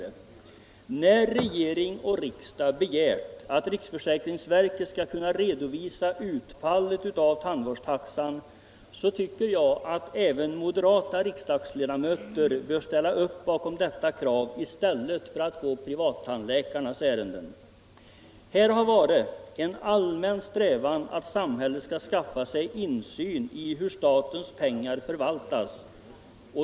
När regering och riksdag begärt att riksförsäkringsverket skall kunna redovisa utfallet av tandvårdstaxan, tycker jag att även moderata riksdagsledamöter bör ställa upp bakom detta krav i stället för att gå privattandläkarnas ärenden. Här har varit en allmän strävan att samhället skall skaffa sig insyn i hur statens pengar förvaltas.